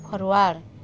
forward